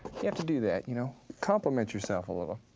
you have to do that, you know? compliment yourself a little,